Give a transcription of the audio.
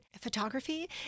photography